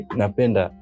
napenda